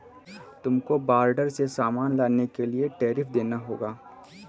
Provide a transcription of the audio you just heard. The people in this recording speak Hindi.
तुमको बॉर्डर से सामान लाने के लिए टैरिफ देना होगा